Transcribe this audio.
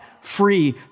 free